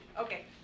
Okay